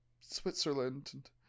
switzerland